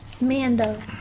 Mando